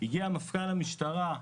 מפכ"ל המשטרה ועוד.